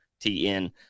TN